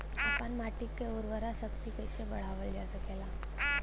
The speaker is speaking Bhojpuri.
आपन माटी क उर्वरा शक्ति कइसे बढ़ावल जा सकेला?